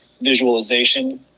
visualization